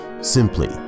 simply